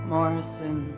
Morrison